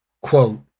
quote